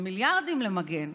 זה מיליארדים למגן.